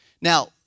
Now